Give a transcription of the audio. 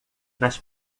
nas